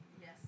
Yes